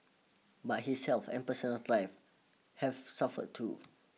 but his health and personal life have suffered too